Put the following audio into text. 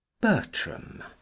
Bertram